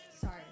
sorry